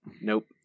Nope